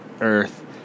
earth